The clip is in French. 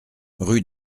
rue